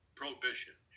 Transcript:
prohibition